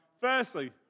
firstly